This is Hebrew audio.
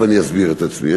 ואני אסביר את עצמי.